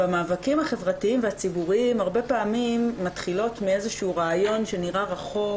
במאבקים החברתיים והציבוריים הרבה פעמים מתחילים מאיזה רעיון שנראה רחוק